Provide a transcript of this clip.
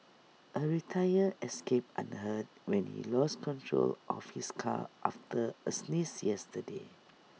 A retire escaped unhurt when he lost control of his car after A sneeze yesterday